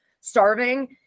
starving